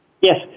Yes